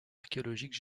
archéologique